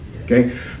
Okay